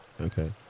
okay